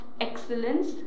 excellence